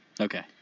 Okay